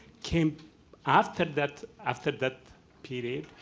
came after that, after that period.